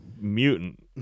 Mutant